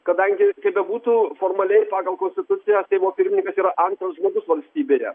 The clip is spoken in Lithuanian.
kadangi kaip bebūtų formaliai pagal konstituciją seimo pirmininkas yra antras žmogus valstybėje